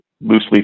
loosely